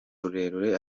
rurerure